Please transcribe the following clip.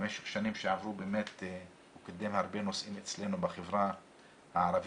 במשך השנים שעברו הוא קידם הרבה נושאים אצלנו בחברה הערבית,